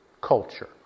culture